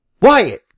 Wyatt